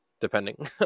depending